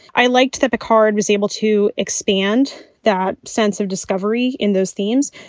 i liked that picard was able to expand that sense of discovery in those themes.